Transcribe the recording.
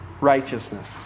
righteousness